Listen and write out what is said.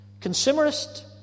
Consumerist